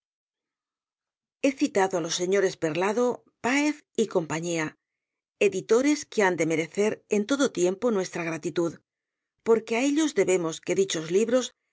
e citado á los sres perlado páez y c editores que han de merecer en todo tiempo nuestra gratitud porque á ellos debemos que dichos libros